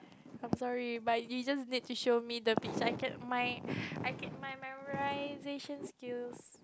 I'm sorry but you just need to show me the beside of mine I keep my my memorization skills